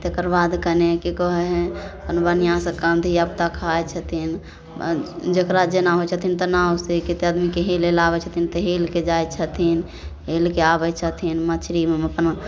तेकर बाद कनी की कहै हइ अपन बढ़िऑं से काम धिआपुता खाइ छथिन आ जेकरा जेना होइ छथिन तेना सब दिनके हेले लए आबै छथिन तऽ हेलके जाइ छथिन हेलके आबै छथिन मछरी ओहिमे अपन ओ